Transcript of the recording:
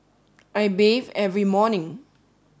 I bathe every morning